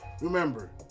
Remember